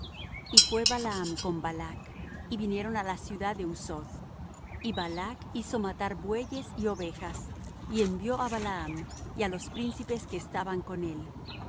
y fué balaam con balac y vinieron á la ciudad de husoth y balac hizo matar bueyes y ovejas y envió á balaam y á los príncipes que estaban con él